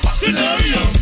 Scenario